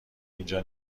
اینجا